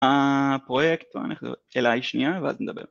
הפרויקט, פה אני הולך להיות אליי שנייה, ואז נדבר